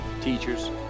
Teachers